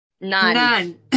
None